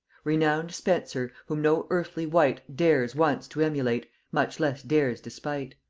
renowned spenser! whom no earthly wight dares once to emulate, much less dares despight.